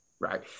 Right